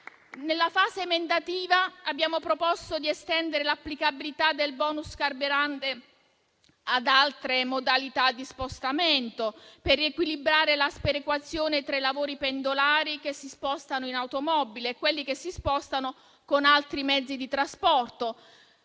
Nella fase emendativa abbiamo proposto di estendere l'applicabilità del *bonus* carburante ad altre modalità di spostamento per riequilibrare la sperequazione tra i lavoratori pendolari che si spostano in automobile e quelli che si spostano con altri mezzi di trasporto.